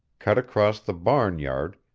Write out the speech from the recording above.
cut across the barnyard,